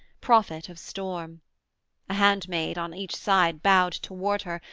prophet of storm a handmaid on each side bowed toward her,